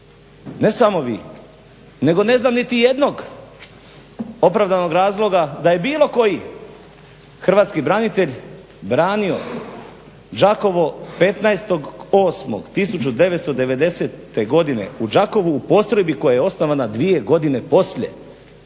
ne samo vi, nego ne znam niti jednog opravdanog razloga da je bilo koji hrvatski branitelj branio Đakovo 15.8.1990. godine u Đakovu u postrojbi koja je osnovana dvije godine poslije.